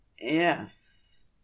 yes